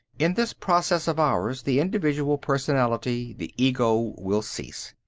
in this process of ours the individual personality, the ego, will cease.